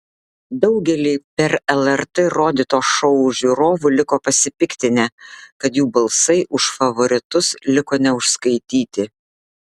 daugelį per lrt rodyto šou žiūrovų liko pasipiktinę kad jų balsai už favoritus liko neužskaityti